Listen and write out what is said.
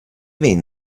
been